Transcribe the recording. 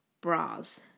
bras